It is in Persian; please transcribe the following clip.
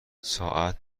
ساعت